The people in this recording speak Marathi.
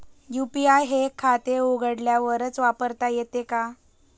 यू.पी.आय हे खाते उघडल्यावरच वापरता येते का?